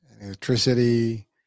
electricity